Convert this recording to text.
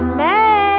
man